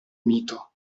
mito